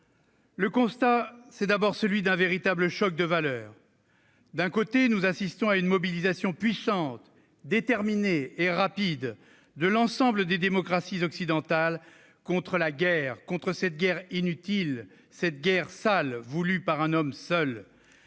Le constat, c'est d'abord celui d'un véritable choc de valeurs. En effet, nous assistons à une mobilisation puissante, déterminée et rapide de l'ensemble des démocraties occidentales contre la guerre, contre cette guerre inutile et sale voulue par un homme seul.